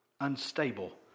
Unstable